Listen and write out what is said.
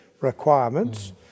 requirements